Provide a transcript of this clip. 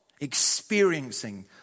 experiencing